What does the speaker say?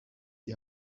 die